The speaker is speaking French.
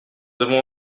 avons